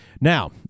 Now